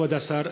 כבוד השר,